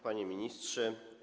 Panie Ministrze!